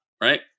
right